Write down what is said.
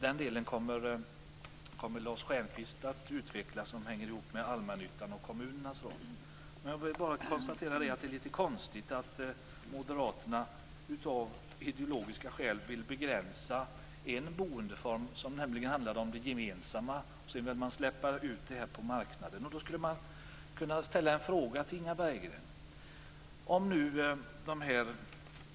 Den del som hänger ihop med allmännyttans och kommunernas roll kommer Lars Stjernkvist att utveckla. Jag bara konstaterar att det är litet konstigt att Moderaterna av ideologiska skäl vill begränsa en boendeform, nämligen den gemensamma, och släppa ut den på marknaden. Jag skall ställa en fråga till Inga Berggren.